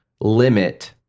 limit